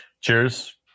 Cheers